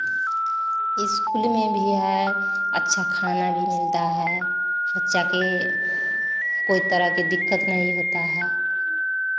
school में भी है अच्छा खाना भी मिलता है बच्चे के कोई तरह के दिक्कत नहीं होता है